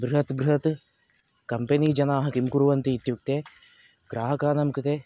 बृहत् बृहत् कम्पनीजनाः किं कुर्वन्ति इत्युक्ते ग्राहकाणां कृते